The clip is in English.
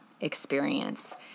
experience